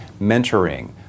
mentoring